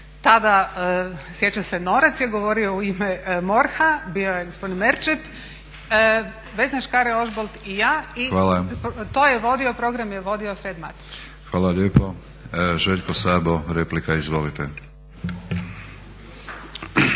tada sjećam se Norac je govorio u ime MORH, bio je gospodin Merčep, Vesna Škare-Ožbolt i ja i program je vodio Fred Matić. **Batinić, Milorad (HNS)** Hvala lijepo. Željko Sabo replika, izvolite.